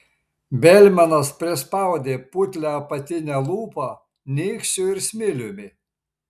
belmanas prispaudė putlią apatinę lūpą nykščiu ir smiliumi